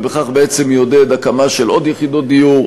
ובכך בעצם יעודד הקמה של עוד יחידות דיור,